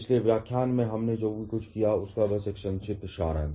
पिछले व्याख्यान में हमने जो कुछ भी किया था उसका बस एक संक्षिप्त सारांश